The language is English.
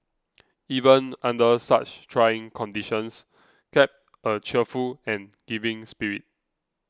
even under such trying conditions kept a cheerful and giving spirit